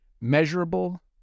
measurable